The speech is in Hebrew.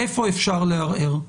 איפה אפשר לערער.